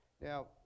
Now